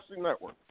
Network